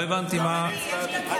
כנראה שהייתה תקלה.